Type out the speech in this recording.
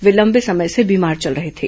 वे लंबे समय से बीमार चल रहे थे